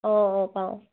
অঁ অঁ পাওঁ